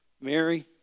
Mary